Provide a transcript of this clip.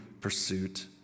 pursuit